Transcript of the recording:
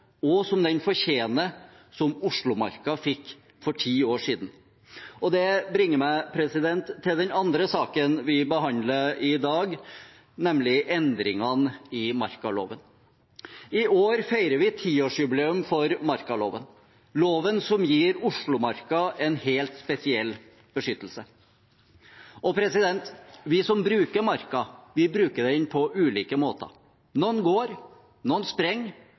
og som den fortjener – slik som Oslomarka fikk for ti år siden. Det bringer meg til den andre saken vi behandler i dag, nemlig endringene i markaloven. I år feirer vi tiårsjubileum for markaloven, loven som gir Oslomarka en helt spesiell beskyttelse. Vi som bruker Marka, bruker den på ulike måter. Noen går, noen